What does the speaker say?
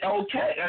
okay